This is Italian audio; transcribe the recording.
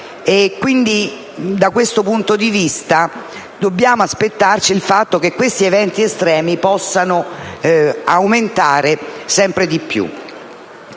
da questo punto di vista, dobbiamo aspettarci che questi eventi estremi possano aumentare sempre di più.